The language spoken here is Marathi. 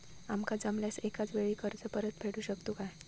आमका जमल्यास एकाच वेळी कर्ज परत फेडू शकतू काय?